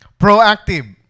Proactive